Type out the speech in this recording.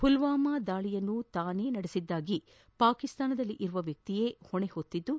ಪುಲ್ನಾಮಾ ದಾಳಿಯನ್ನು ತಾನು ನಡೆಸಿದ್ಲಾಗಿ ಪಾಕಿಸ್ತಾನದಲ್ಲಿರುವ ವ್ಯಕ್ತಿಯೇ ದಾಳಿ ಹೊಣೆ ಹೊತ್ತಿದ್ಲು